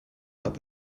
hat